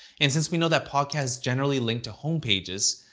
and since we know that podcasts generally link to homepages,